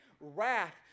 Wrath